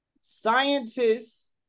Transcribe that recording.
scientists